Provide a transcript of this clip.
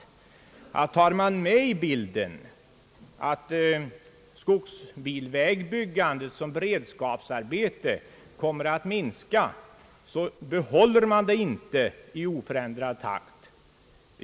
Då vill jag säga att om vi tar med i bilden att skogsbilvägbyggandet som beredskapsarbete kommer att minska så behåller man inte en oförändrad utbyggnadstakt.